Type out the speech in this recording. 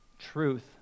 truth